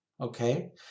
okay